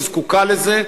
היא זקוקה לזה,